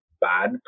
bad